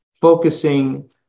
focusing